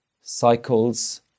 cycles